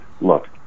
look